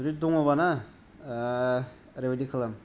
जुदि दङ बाना ओरैबायदि खालाम